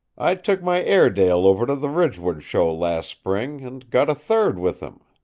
i took my airedale over to the ridgewood show last spring and got a third with him.